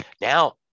now